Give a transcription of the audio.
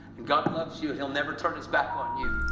god loves you, he'll never turn his back on you,